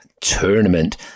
Tournament